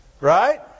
Right